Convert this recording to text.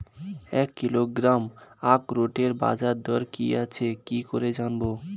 এক কিলোগ্রাম আখরোটের বাজারদর কি আছে কি করে জানবো?